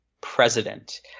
president